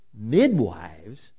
midwives